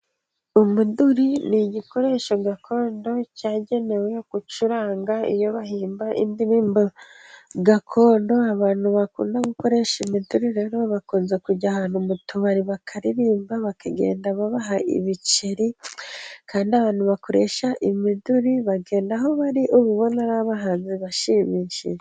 Umuduri ni igikoresho gakondo cyagenewe gucuranga iyo bahimba indirimbo gakondo. Abantu bakunda gukoresha imiduri bakunze kujya ahantu mu tubari bakaririmba, bakagenda babaha ibiceri. Kandi abantu bakoresha imiduri, bagenda aho bari ububona ari abahanzi bashimishije.